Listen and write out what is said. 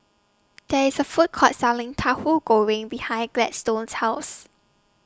There IS A Food Court Selling Tahu Goreng behind Gladstone's House